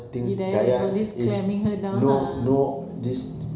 hidayah is clamping her down lah